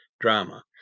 Drama